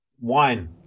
wine